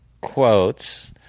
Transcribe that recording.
quotes